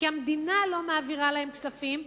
כי המדינה לא מעבירה להן כספים,